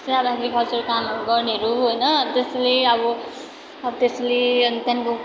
salary काम गर्नेहरू होइन त्यसले अब अब त्यसले अनि त्यहाँदेखिको